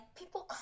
people